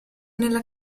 nella